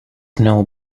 know